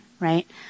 Right